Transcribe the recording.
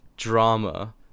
Drama